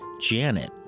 Janet